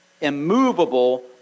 immovable